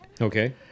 Okay